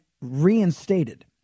reinstated